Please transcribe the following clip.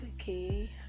okay